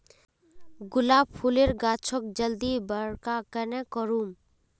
गुलाब फूलेर गाछोक जल्दी बड़का कन्हे करूम?